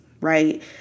Right